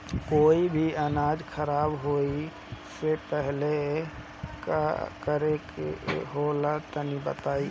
कोई भी अनाज खराब होए से पहले का करेके होला तनी बताई?